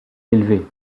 élevé